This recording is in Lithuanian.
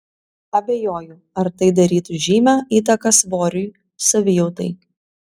abejoju ar tai darytų žymią įtaką svoriui savijautai